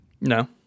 No